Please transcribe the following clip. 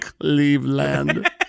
Cleveland